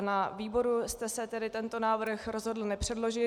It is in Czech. Na výboru jste se tento návrh rozhodl nepředložit.